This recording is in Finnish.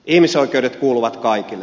ihmisoikeudet kuuluvat kaikille